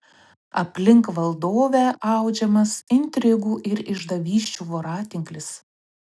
aplink valdovę audžiamas intrigų ir išdavysčių voratinklis